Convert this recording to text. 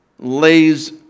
lays